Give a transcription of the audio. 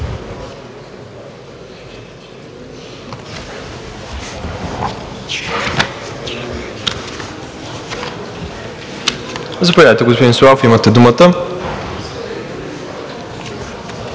Заповядайте, господин Славов, имате думата.